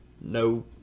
No